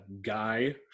guy